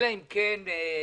אלא אם כן המנהל